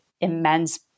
immense